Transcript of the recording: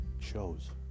shows